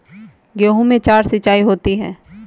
गेहूं में चार सिचाई होती हैं